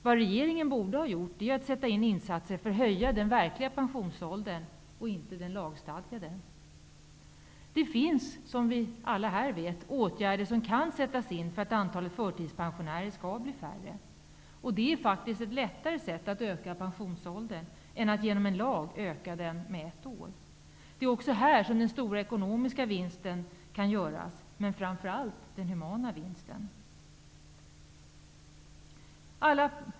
Vad regeringen borde ha gjort var att sätta in insatser för att höja denna den verkliga pensions åldern och inte den lagstadgade. Det finns åtgärder, som alla här vet, som kan sättas in så att antalet förtidspensionärer blir färre. Det är faktiskt ett lättare sätt att justera upp pensionsåldern än att genom en lag höja den med ett år. Det är också här som den stora ekono miska, men framför allt den humanitära vinsten kan göras.